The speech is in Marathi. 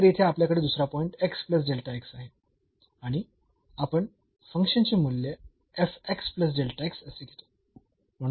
तर येथे आपल्याकडे दुसरा पॉईंट आहे आणि आणि आपण फंक्शन चे मूल्य असे घेतो